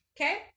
okay